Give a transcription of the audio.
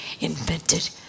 invented